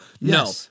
No